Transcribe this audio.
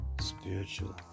spiritual